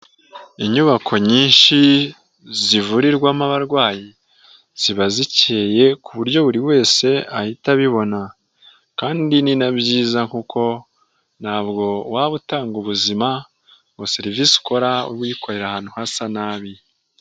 Inyubako nyinshi zivurirwamo abarwayi ziba zikeye ku buryo buri wese ahita abibona, kandi ni na byiza kuko ntabwo waba utanga ubuzima ngo serivisi ukora uyikorera ahantu hasa nabi.